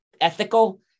ethical